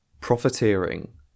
Profiteering